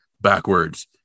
backwards